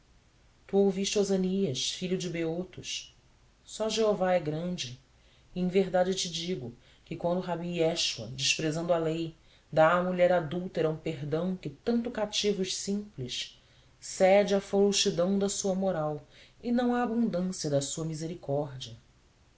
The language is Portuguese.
tu ouviste osânias filho de beotos só jeová é grande e em verdade te digo que quando rabi jeschoua desprezando a lei dá à mulher adúltera um perdão que tanto cativa os simples cede à frouxidão da sua moral e não à abundância da sua misericórdia